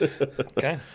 Okay